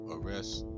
Arrest